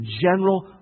general